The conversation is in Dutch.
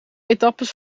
etappes